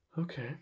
Okay